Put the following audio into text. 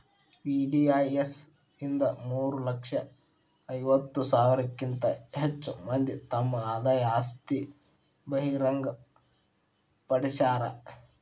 VDIS ಇಂದ ಮೂರ ಲಕ್ಷ ಐವತ್ತ ಸಾವಿರಕ್ಕಿಂತ ಹೆಚ್ ಮಂದಿ ತಮ್ ಆದಾಯ ಆಸ್ತಿ ಬಹಿರಂಗ್ ಪಡ್ಸ್ಯಾರ